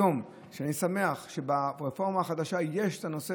היום אני שמח שברפורמה החדשה יש את הנושא